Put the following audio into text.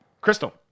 Crystal